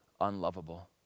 unlovable